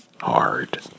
hard